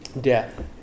death